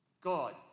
God